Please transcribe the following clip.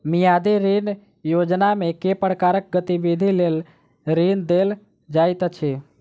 मियादी ऋण योजनामे केँ प्रकारक गतिविधि लेल ऋण देल जाइत अछि